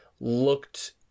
looked